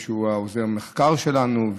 שהוא עוזר המחקר שלנו,